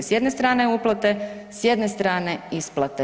S jedne strane uplate, s jedne strane isplate.